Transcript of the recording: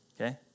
okay